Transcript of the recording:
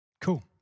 cool